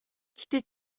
гэхдээ